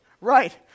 right